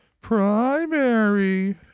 Primary